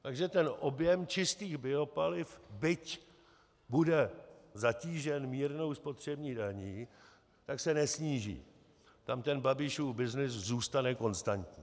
Takže objem čistých biopaliv, byť bude zatížen mírnou spotřební daní, se nesníží, tam Babišův byznys zůstane konstantní.